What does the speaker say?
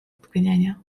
drgnienia